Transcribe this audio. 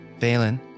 Valen